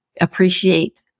appreciate